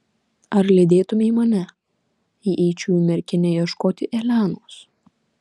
ar lydėtumei mane jei eičiau į merkinę ieškoti elenos